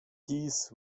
dies